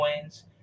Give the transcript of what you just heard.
Coins